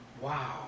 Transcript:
Wow